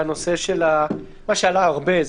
ועלה הרבה,